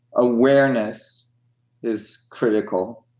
awareness is critical,